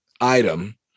item